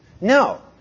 No